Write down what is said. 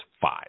five